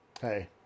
Hey